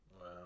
Wow